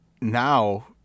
now